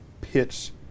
pits